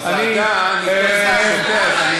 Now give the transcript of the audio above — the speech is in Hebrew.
בוועדה אני כל הזמן שותה,